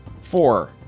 Four